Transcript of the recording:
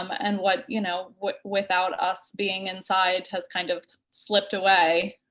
um and what you know, what without us being inside has kind of slipped away.